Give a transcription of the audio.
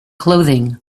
clothing